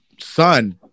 son